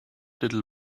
little